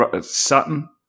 Sutton